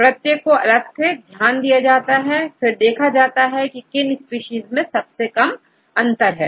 प्रत्येक को अलग से ध्यान दिया जाता है फिर देखा जाता है किन स्पीशीज में सबसे कम अंतर है